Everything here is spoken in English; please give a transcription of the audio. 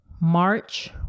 march